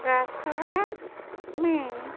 restaurants میں